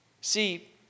See